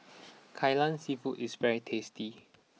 Kai Lan Seafood is very tasty